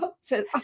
says